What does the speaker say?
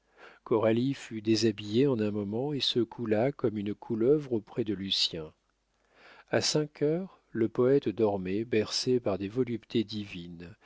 coralie fut déshabillée en un moment et se coula comme une couleuvre auprès de lucien a cinq heures le poète dormait bercé par des voluptés divines